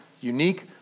unique